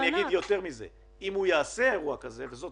אני אגיד יותר מזה אם הוא יעשה אירוע כזה וזאת